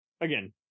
again